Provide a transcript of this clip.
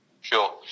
Sure